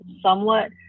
somewhat